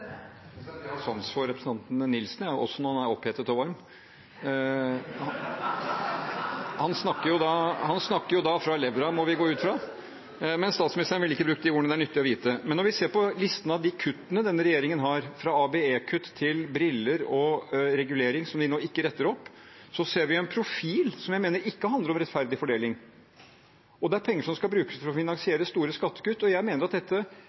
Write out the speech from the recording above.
Jeg har sans for representanten Nilsen, også når han er opphetet og varm. Han snakker fra levra, må vi gå ut fra, men statsministeren ville ikke brukt de ordene – det er nyttig å vite. Men når vi ser på listen av de kuttene denne regjeringen har – fra ABE til briller og tannregulering, som de nå ikke retter opp – ser vi en profil som jeg mener ikke handler om rettferdig fordeling. Det er penger som skal brukes for å finansiere store skattekutt. Og jeg mener at dette